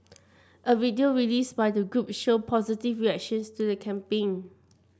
a video released by the group showed positive reactions to the campaign